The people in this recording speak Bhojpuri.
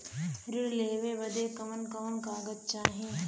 ऋण लेवे बदे कवन कवन कागज चाही?